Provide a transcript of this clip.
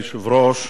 אדוני היושב-ראש,